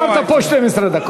אתה דיברת פה 12 דקות,